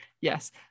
Yes